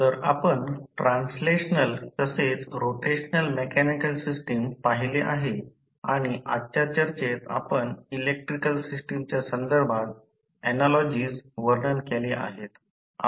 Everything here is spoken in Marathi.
तर आपण ट्रान्सलेशनल तसेच रोटेशनल मेकॅनिकल सिस्टम पाहिले आहे आणि आजच्या चर्चेत आपण इलेक्ट्रिकल सिस्टमच्या संदर्भात ऍनालॉजीस वर्णन केल्या आहेत